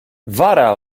wara